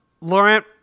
Laurent